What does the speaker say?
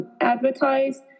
advertise